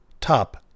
Top